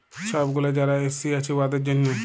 ছব গুলা যারা এস.সি আছে উয়াদের জ্যনহে